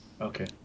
Okay